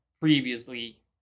previously